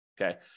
okay